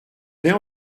plait